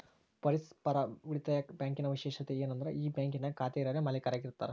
ಪರಸ್ಪರ ಉಳಿತಾಯ ಬ್ಯಾಂಕಿನ ವಿಶೇಷತೆ ಏನಂದ್ರ ಈ ಬ್ಯಾಂಕಿನಾಗ ಖಾತೆ ಇರರೇ ಮಾಲೀಕರಾಗಿ ಇರತಾರ